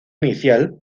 inicial